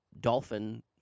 dolphin